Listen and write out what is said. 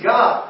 God